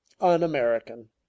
un-American